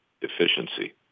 efficiency